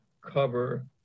cover